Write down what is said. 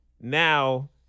now